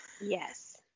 Yes